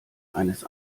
eines